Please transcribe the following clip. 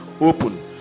open